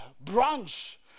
branch